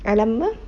alam apa